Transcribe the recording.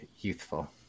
youthful